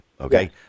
okay